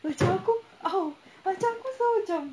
macam aku !ow! macam aku selalu macam